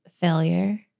failure